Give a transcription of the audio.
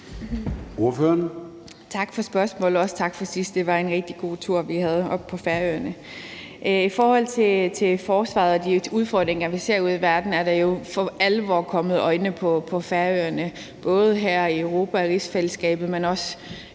Tak for spørgsmålet, og også tak for sidst. Det var en rigtig god tur, vi havde oppe på Færøerne. I forhold til forsvaret og de udfordringer, vi ser ude i verden, er der jo for alvor kommet øjne på Færøerne, både her i Europa og rigsfællesskabet, men også